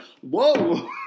Whoa